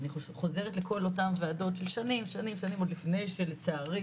אני חוזרת לכל אותן ועדות ששנים עוד לפני שלצערי